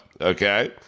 okay